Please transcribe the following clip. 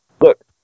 look